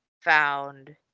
found